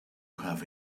have